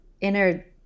inner